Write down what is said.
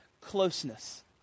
closeness